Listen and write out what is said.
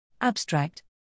Abstract